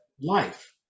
life